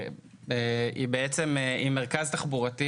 התחנה היא חד משמעית מרכז תחבורתי.